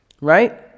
Right